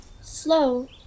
Slow